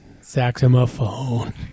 Saxophone